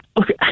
Okay